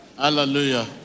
Hallelujah